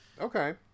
Okay